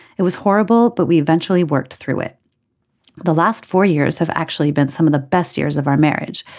it was horrible but we eventually worked through it the last four years have actually been some of the best years of our marriage.